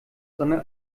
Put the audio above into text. sondern